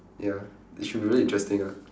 ya it should be really interesting ah